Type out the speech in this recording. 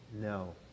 No